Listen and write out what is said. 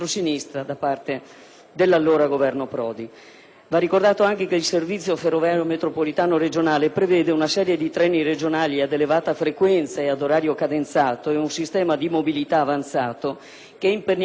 Va ricordato anche che il sistema ferroviario metropolitano regionale prevede una serie di treni regionali ad elevata frequenza e ad orario cadenzato e un sistema di mobilità avanzato che è imperniato su tre poli principali, quali Venezia, Padova e Treviso,